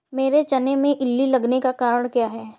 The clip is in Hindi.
मेरे चने में इल्ली लगने का कारण क्या है?